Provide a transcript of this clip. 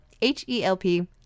H-E-L-P